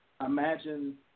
imagine